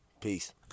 Peace